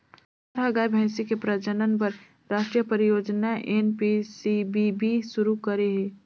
सरकार ह गाय, भइसी के प्रजनन बर रास्टीय परियोजना एन.पी.सी.बी.बी सुरू करे हे